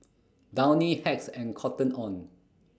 Downy Hacks and Cotton on